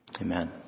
Amen